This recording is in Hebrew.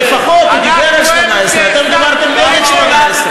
אבל הוא לפחות דיבר על 18. אתם דיברתם נגד 18,